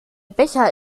becher